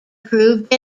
proved